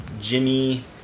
Jimmy